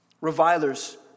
Revilers